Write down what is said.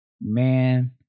man